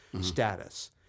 status